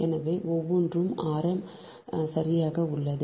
எனவே ஒவ்வொன்றும் ஆரம் சரியாக உள்ளது